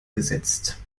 gesetzt